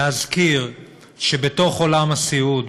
להזכיר שבתוך עולם הסיעוד,